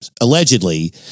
allegedly